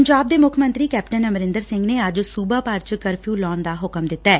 ਪੰਜਾਬ ਦੇ ਮੁੱਖ ਮੰਤਰੀ ਕੈਪਟਨ ਅਮਰਿੰਦਰ ਸਿੰਘ ਨੇ ਅੱਜ ਸੁਬਾ ਭਰ ਚ ਕਰਫਿਉ ਲਾਉਣ ਦਾ ਹੁਕਮ ਦਿੱਤੈ